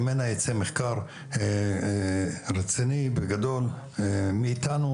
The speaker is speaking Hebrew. שממנה ייצא מחקר רציני וגדול מאיתנו